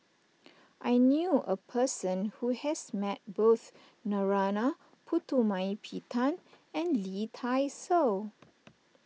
I knew a person who has met both Narana Putumaippittan and Lee Dai Soh